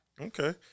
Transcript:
Okay